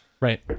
Right